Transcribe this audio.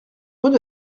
rue